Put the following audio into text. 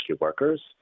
workers